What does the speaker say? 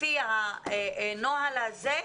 לפי הנוהל הזה,